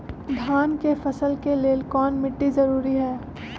धान के फसल के लेल कौन मिट्टी जरूरी है?